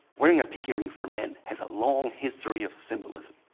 wearing a pinky ring for men has a long history of symbolism.